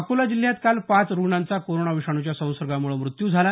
अकोला जिल्ह्यात काल पाच जणांचा कोरोना विषाणूच्या संसर्गामुळे मृत्यू झाला